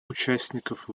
участников